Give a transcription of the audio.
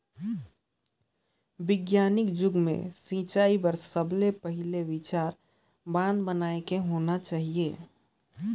बिग्यानिक जुग मे सिंचई बर सबले पहिले विचार बांध बनाए के होना चाहिए